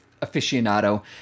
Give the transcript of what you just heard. aficionado